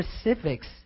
specifics